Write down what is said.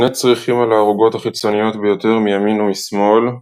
2 צריחים על הערוגות החיצוניות ביותר מימין ומשמאל.